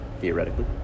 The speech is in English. theoretically